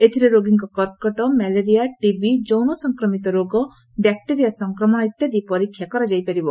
ଏଥିରେ ରୋଗୀଙ୍କ କର୍କଟ ମ୍ୟାଲେରିଆ ଟିବି ଯୌନ ସଂକ୍ରମିତ ରୋଗ ବ୍ୟାକ୍ଟେରିଆ ସଂକ୍ରମଣ ଇତ୍ୟାଦି ପରୀକ୍ଷା କରାଯାଇପାରିବ